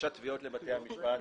מהגשת תביעות לבתי המשפט